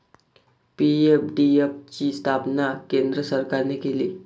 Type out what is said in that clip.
PFDF ची स्थापना केंद्र सरकारने केली